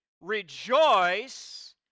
rejoice